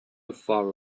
far